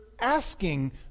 asking